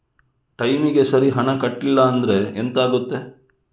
ಟೈಮಿಗೆ ಸರಿ ಹಣ ಕಟ್ಟಲಿಲ್ಲ ಅಂದ್ರೆ ಎಂಥ ಆಗುತ್ತೆ?